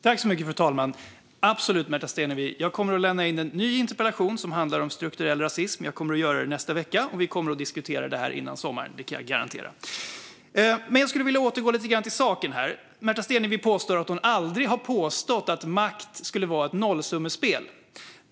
Fru talman! Absolut, Märta Stenevi! Jag kommer att lämna in en ny interpellation som handlar om strukturell rasism nästa vecka, och vi kommer att diskutera frågan innan sommaren. Det kan jag garantera. Jag skulle vilja återgå till saken. Märta Stenevi säger att hon aldrig har påstått att makt skulle vara ett nollsummespel.